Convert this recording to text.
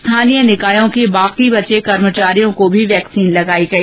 स्थानीय निकायों के बाकी बचे कर्भियों को भी वैक्सीन लगाई गई